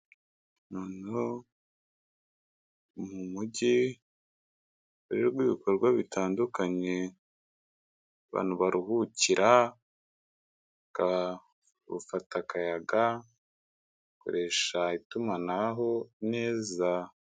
Uyu ni umujyi urimo ibikorwa bitandukanye, abantu baruhukira bakaba bafata akayaga kandi bakoresha itumanaho neza.